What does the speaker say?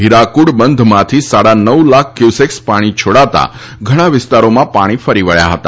હિરાકુડ બંધમાંથી સાડા નવ લાખ કવ્યુસેક પાણી છોડાતા ઘણા વિસ્તારોમાં પાણી ફરી વળ્યા હતા